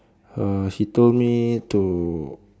uh he told to me to